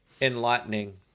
enlightening